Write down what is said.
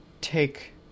take